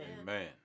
Amen